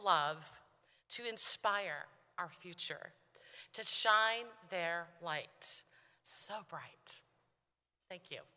love to inspire our future to shine their light some bright thank you